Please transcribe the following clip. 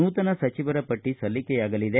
ನೂತನ ಸಚಿವರ ಪಟ್ಟ ಸಲ್ಲಿಕೆಯಾಗಲಿದೆ